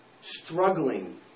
Struggling